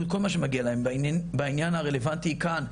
את כל מה שמגיע להם בעניין הרלוונטי כאן,